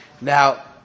Now